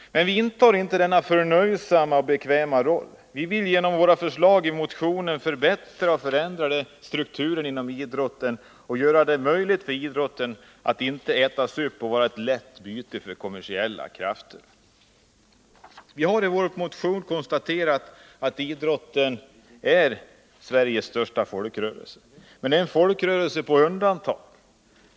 Men vi intar inte denna förnöjsamma och bekväma attityd. Vi vill genom våra förslag i motionen förbättra och förändra strukturen inom idrotten och göra det möjligt för idrotten att inte ätas upp av och vara ett lätt byte för kommersiella krafter. Vi har i vår motion konstaterat att idrotten är Sveriges största folkrörelse. Men det är en folkrörelse på undantag.